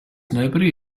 nobody